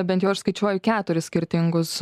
bent jau aš skaičiuoju keturis skirtingus